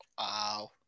wow